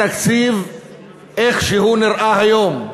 התקציב איך שהוא נראה היום,